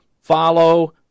Follow